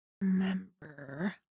remember